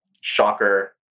Shocker